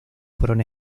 fueron